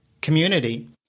community